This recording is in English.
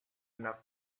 enough